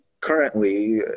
currently